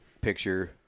picture